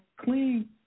clean